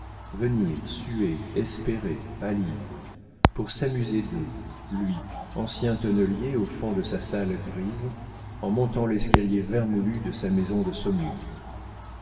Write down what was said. venir suer espérer pâlir pour s'amuser d'eux lui ancien tonnelier au fond de sa salle grise en montant l'escalier vermoulu de sa maison de saumur